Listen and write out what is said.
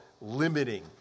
limiting